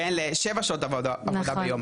לשבע שעות עבודה ביום,